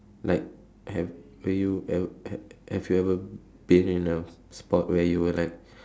like have you ev~ ha~ have you ever been in a spot where you were like